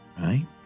right